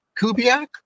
Kubiak